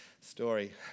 story